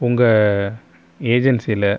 உங்கள் ஏஜென்சியில்